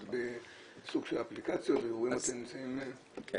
בסוג של אפליקציות ו --- כן.